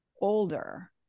older